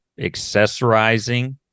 accessorizing